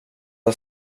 jag